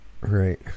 Right